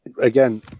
again